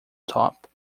top